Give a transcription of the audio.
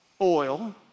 Oil